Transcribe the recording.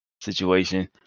situation